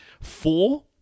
four